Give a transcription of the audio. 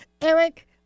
Eric